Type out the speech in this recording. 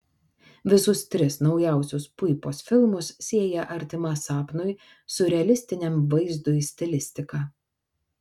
visus tris naujausius puipos filmus sieja artima sapnui siurrealistiniam vaizdui stilistika